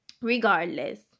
regardless